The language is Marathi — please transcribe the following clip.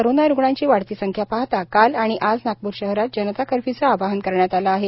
कोरोना रुग्णांची वाढती संख्या पाहता काल आणि आज नागपूर शहरात जनता कर्फ्यूचं आवाहन करण्यात आलं आहे